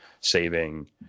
saving